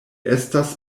estas